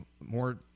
more